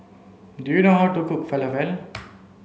do you know how to cook Falafel